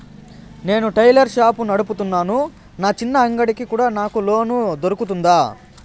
నేను tailor shop నడుపుతున్నాను, నా చిన్న అంగడి కి కూడా నాకు లోను దొరుకుతుందా?